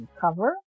cover